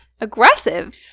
Aggressive